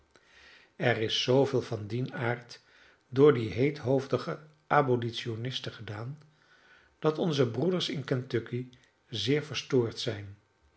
er is zooveel van dien aard door die heethoofdige abolitionisten gedaan dat onze broeders in kentucky zeer verstoord zijn